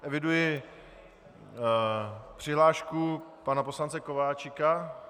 Eviduji přihlášku pana poslance Kováčika.